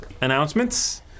announcements